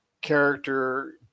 character